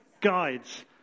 Guides